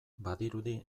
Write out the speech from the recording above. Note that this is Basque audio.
badirudi